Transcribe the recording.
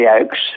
Oaks